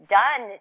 done